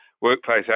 workplace